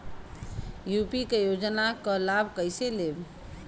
UP क योजना क लाभ कइसे लेब?